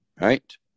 right